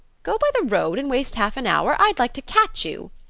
go by the road and waste half an hour! i'd like to catch you!